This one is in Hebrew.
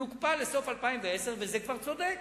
יוקפא לסוף 2010. וזה כבר צודק,